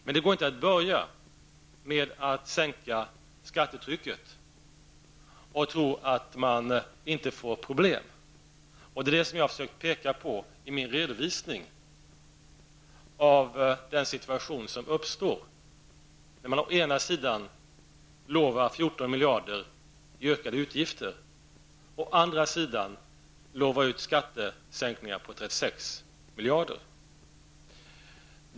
Men man får inte, bara för att skattetrycket börjar sänkas, tro att man inte skall få problem. Det är det som jag har velat peka på i min redovisning av den situation som uppstår när man å ena sidan lovar 14 miljarder i ökade utgifter och å andra sidan lovar skattesänkningar på 36 miljarder.